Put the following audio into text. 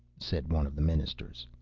said one of the ministers.